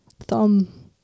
thumb